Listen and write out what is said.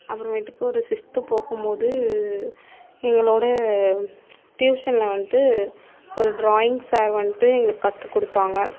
அப்புறமேட்டு சிஸ்த்து போகும்போது எங்களோடய டியூசனில் வந்துட்டு ஒரு டிராயிங்ஸை வந்துட்டு எங்களுக்கு கற்றுக் கொடுத்தாங்க